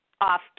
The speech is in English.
off